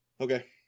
Okay